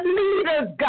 leaders